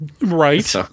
Right